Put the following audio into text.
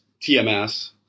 TMS